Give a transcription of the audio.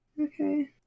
Okay